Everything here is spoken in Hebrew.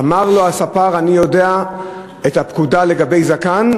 אמר לו הספר: אני יודע את הפקודה לגבי זקן,